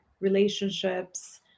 relationships